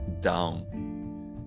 down